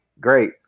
great